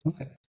Okay